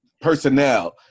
personnel